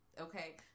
Okay